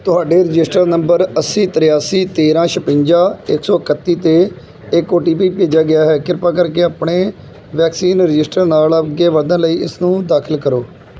ਤੁਹਾਡੇ registered number ਅੱਸੀ ਤ੍ਰਿਆਸੀ ਤੇਰਾਂ ਛਿਵੰਜਾ ਇੱਕ ਸੌ ਇਕੱਤੀ 'ਤੇ ਇੱਕ ਓ ਟੀ ਪੀ ਭੇਜਿਆ ਗਿਆ ਹੈ ਕਿਰਪਾ ਕਰਕੇ ਆਪਣੇ ਵੈਕਸੀਨ ਰਜਿਸਟਰ ਨਾਲ ਅੱਗੇ ਵਧਣ ਲਈ ਇਸਨੂੰ ਦਾਖਲ ਕਰੋ